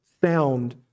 sound